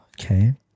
Okay